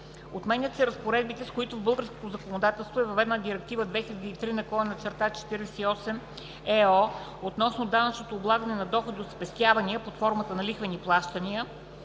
Отменят се разпоредбите, с които в българското законодателство е въведена Директива 2003/48/ЕО относно данъчното облагане на доходи от спестявания под формата на лихвени плащания,